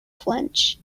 flinch